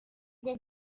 bwo